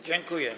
Dziękuję.